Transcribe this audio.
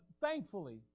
thankfully